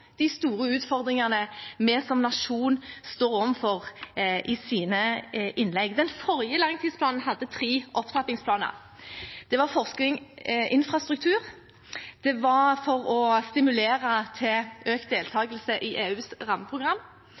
de store utfordringene vi som nasjon står overfor. Den forrige langtidsplanen hadde tre opptrappingsplaner. Det var forskningsinfrastruktur, det var å stimulere til økt deltakelse i EUs rammeprogram,